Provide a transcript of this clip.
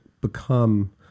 become